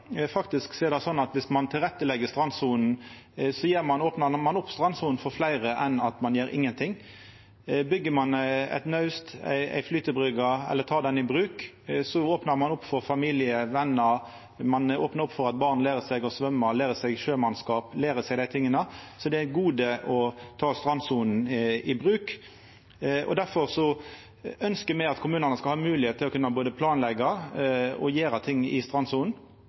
er det slik at dersom ein legg strandsona til rette, opnar ein ho for fleire enn ved å gjera ingenting. Byggjer ein eit naust eller ei flytebryggje eller tek det i bruk, opnar ein for familie og vener, ein opnar for at barn lærer seg å symja og lærer seg sjømannskap, osv., så det er eit gode å ta strandsona i bruk. Difor ønskjer me at kommunane skal ha moglegheit til å kunna både planleggja og gjera ting i